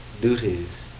duties